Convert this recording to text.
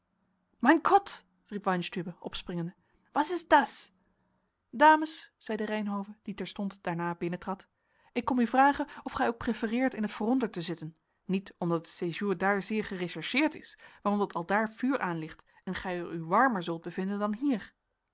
mein kot riep weinstübe opspringende was ist das dames zeide reynhove die terstond daarna binnentrad ik kom u vragen of gij ook prefereert in t vooronder te zitten niet omdat het séjour daar zeer gerechercheerd is maar omdat aldaar vuur aan ligt en gij er u warmer zult bevinden dan hier